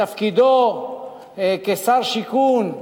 בתפקידו כשר השיכון,